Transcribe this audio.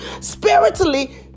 spiritually